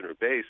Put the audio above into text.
base